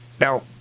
now